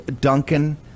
Duncan